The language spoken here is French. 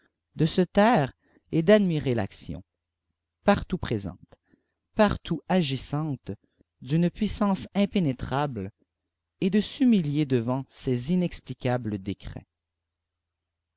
de se taire et d'admirer l'action partout présente partout agissante d'une puissance impénétrable et de s'humilier devant ses inexpucables décrets